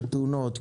חתונות,